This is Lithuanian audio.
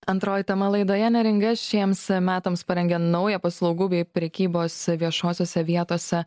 antroji tema laidoje neringa šiems metams parengė naują paslaugų bei prekybos viešosiose vietose